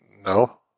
no